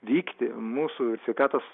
vykti mūsų sveikatos